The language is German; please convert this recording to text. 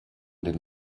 den